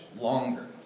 longer